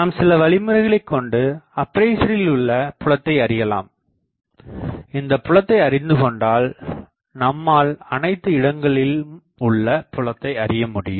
நாம் சில வழிமுறைகளைக் கொண்டு அப்பேசரில் உள்ள புலத்தை அறியலாம் இந்தப் புலத்தை அறிந்து கொண்டால் நம்மால் அனைத்து இடங்களிலும் உள்ள புலத்தையும் அறியமுடியும்